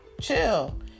chill